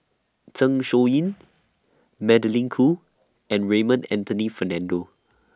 Zeng Shouyin Magdalene Khoo and Raymond Anthony Fernando